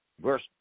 Verse